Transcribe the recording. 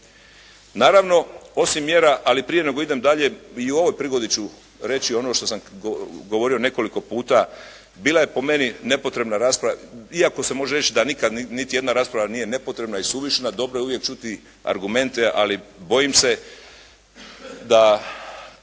Naravno, osim mjera, ali prije nego idem dalje i u ovoj prigodi ću reći ono što sam govorio nekoliko puta, bila je po meni nepotrebna rasprava, iako se može reći da nikad niti jedna rasprava nije nepotrebna i suvišna, dobro je uvijek čuti argumente, ali bojim se da